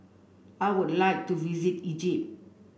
I would like to visit Egypt